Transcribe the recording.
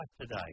today